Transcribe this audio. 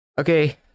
Okay